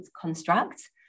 construct